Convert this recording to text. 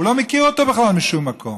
הוא לא מכיר אותו בכלל משום מקום,